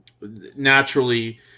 Naturally